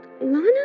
Lana